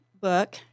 book